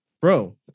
bro